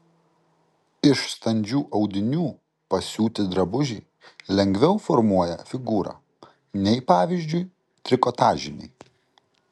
iš standžių audinių pasiūti drabužiai lengviau formuoja figūrą nei pavyzdžiui trikotažiniai